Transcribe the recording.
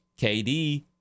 KD